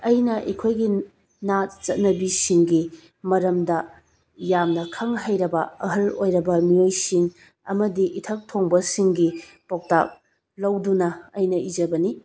ꯑꯩꯅ ꯑꯩꯈꯣꯏꯒꯤ ꯅꯥꯠ ꯆꯠꯅꯕꯤꯁꯤꯡꯒꯤ ꯃꯔꯝꯗ ꯌꯥꯝꯅ ꯈꯪ ꯍꯩꯔꯕ ꯑꯍꯜ ꯑꯣꯏꯔꯕ ꯃꯤꯑꯣꯏꯁꯤꯡ ꯑꯃꯗꯤ ꯏꯊꯛ ꯊꯣꯡꯕꯁꯤꯡꯒꯤ ꯄꯥꯎꯇꯥꯛ ꯂꯧꯗꯨꯅ ꯑꯩꯅ ꯏꯖꯕꯅꯤ